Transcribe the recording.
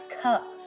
cup